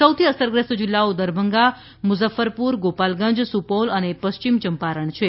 સૌથી અસરગ્રસ્ત જિલ્લાઓ દરભંગા મુઝફ્ફરપુર ગોપાલગંજ સુપૌલ અને પશ્ચિમ ચંપારણ છે